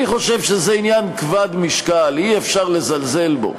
אני חושב שזה עניין כבד משקל, אי-אפשר לזלזל בו.